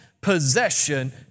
possession